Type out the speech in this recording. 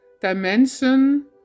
dimension